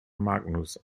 magnus